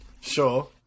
sure